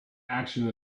action